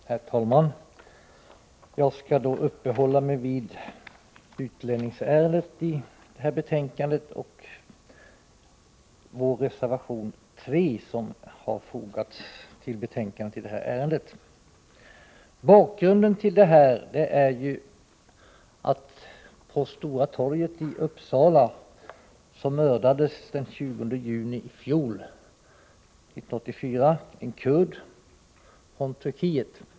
Herr talman! Jag skall uppehålla mig vid utlänningsärendena och vår reservation 3 som har fogats till betänkandet i denna del. Bakgrunden är den, att på Stora torget i Uppsala mördades den 20 juni i fjol en kurd från Turkiet.